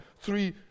three